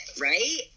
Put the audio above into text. right